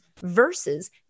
versus